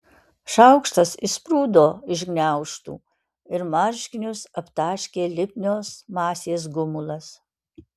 šaukštas išsprūdo iš gniaužtų ir marškinius aptaškė lipnios masės gumulas